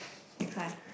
next one